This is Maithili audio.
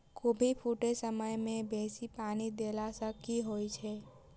कोबी फूटै समय मे बेसी पानि देला सऽ की होइ छै?